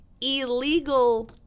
illegal